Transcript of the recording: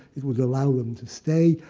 it would allow them to stay.